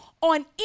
on